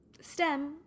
stem